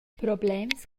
problems